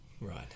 Right